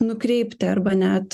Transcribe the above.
nukreipti arba net